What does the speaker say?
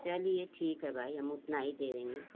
चलिए ठीक है भाई हम उतना ही दे देंगे